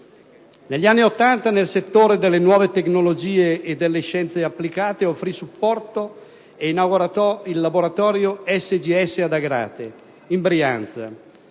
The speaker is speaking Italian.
Negli anni Ottanta, nel settore delle nuove tecnologie e delle scienze applicate offrì supporto e inaugurò il laboratorio SGS ad Agrate, in Brianza,